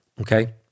okay